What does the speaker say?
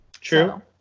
true